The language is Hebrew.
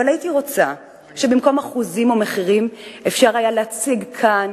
אבל הייתי רוצה שבמקום אחוזים או מחירים אפשר היה להציג כאן